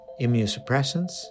immunosuppressants